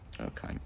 Okay